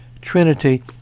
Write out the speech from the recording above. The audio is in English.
Trinity